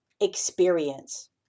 experience